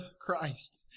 Christ